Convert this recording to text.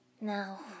Now